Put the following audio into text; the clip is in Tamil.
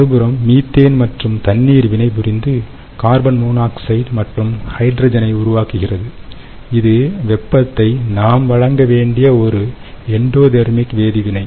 மறுபுறம் மீத்தேன் மற்றும் தண்ணீர் வினைபுரிந்து கார்பன் மோனாக்சைடு மற்றும் ஹைட்ரஜனை உருவாக்குகிறது இது வெப்பத்தை நாம் வழங்க வேண்டிய ஒரு எண்டோதேர்மிக் வேதி வினை